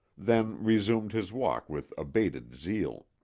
then resumed his walk with abated zeal.